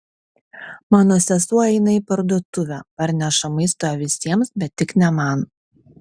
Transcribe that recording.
mano sesuo eina į parduotuvę parneša maisto visiems bet tik ne man